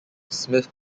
smith